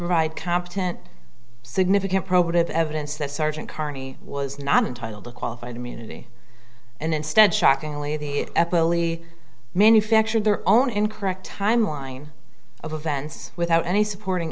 provide competent significant probative evidence that sergeant carney was not entitled to qualified immunity and instead shockingly the manufactured their own incorrect timeline of events without any supporting